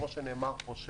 כמו שנאמר פה,